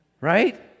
Right